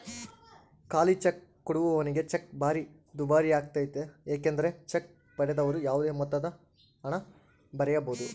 ಖಾಲಿಚೆಕ್ ಕೊಡುವವನಿಗೆ ಚೆಕ್ ಭಾರಿ ದುಬಾರಿಯಾಗ್ತತೆ ಏಕೆಂದರೆ ಚೆಕ್ ಪಡೆದವರು ಯಾವುದೇ ಮೊತ್ತದಹಣ ಬರೆಯಬೊದು